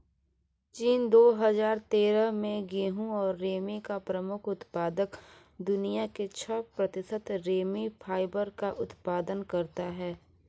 चीन, दो हजार तेरह में गेहूं और रेमी का प्रमुख उत्पादक, दुनिया के छह प्रतिशत रेमी फाइबर का उत्पादन करता है